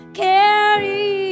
carry